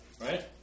Right